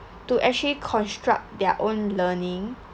to actually construct their own learning